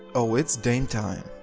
oh it's dame time!